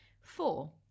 Four